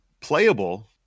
playable